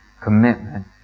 commitment